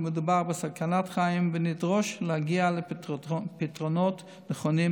כי מדובר בסכנת חיים ונדרוש להגיע לפתרונות נכונים,